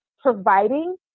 providing